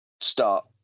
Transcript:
start